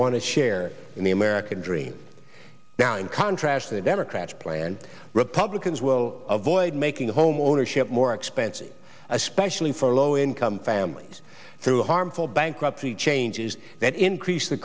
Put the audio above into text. want to share in the american dream now in contrast to the democratic plan republicans will avoid making homeownership more expensive especially for low income families through harmful bankruptcy changes that increase the